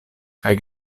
kaj